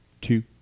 two